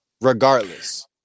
Regardless